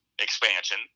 expansion